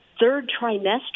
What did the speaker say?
third-trimester